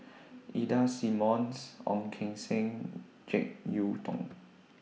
Ida Simmons Ong Keng Sen Jek Yeun Thong